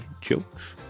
jokes